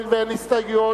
הואיל ואין הסתייגויות,